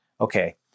okay